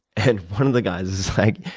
and one of the guys is like,